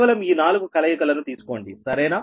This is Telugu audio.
కేవలం ఈ నాలుగు కలయికలను తీసుకోండి సరేనా